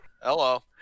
Hello